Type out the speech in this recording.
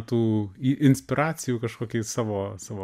tų i inspiracijų kažkokiai savo savo